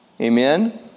Amen